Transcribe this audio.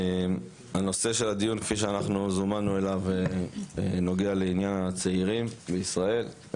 הנושא של הדיון כפי שאנחנו זומנו אליו נוגע לעניין הצעירים בישראל.